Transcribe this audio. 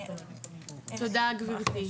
תודה גברתי.